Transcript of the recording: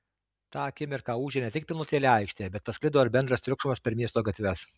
tą akimirką ūžė ne tik pilnutėlė aikštė bet pasklido ir bendras triukšmas per miesto gatves